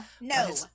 No